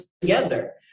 together